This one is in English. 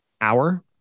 hour